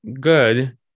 good